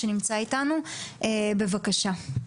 בבקשה.